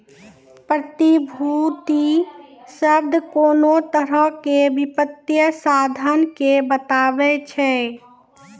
प्रतिभूति शब्द कोनो तरहो के वित्तीय साधन के बताबै छै